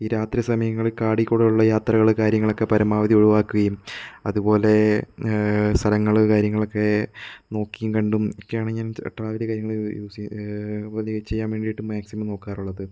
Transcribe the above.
ഈ രാത്രി സമയങ്ങള് കാട്ടിൽക്കൂടിയുള്ള യാത്രകള് കാര്യങ്ങളൊക്കെ പരമാവധി ഒഴിവാക്കുകയും അതുപോലെ സ്ഥലങ്ങള് കാര്യങ്ങളൊക്കെ നോക്കിയും കണ്ടും ഒക്കെയാണ് ഞാൻ ട്രാവൽ കാര്യങ്ങള് യൂസ് ചെയ്യാൻ ചെയ്യാൻ വേണ്ടിയിട്ട് മാക്സിമം നോക്കാറുള്ളത്